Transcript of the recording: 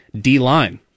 d-line